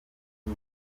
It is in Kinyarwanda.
uyu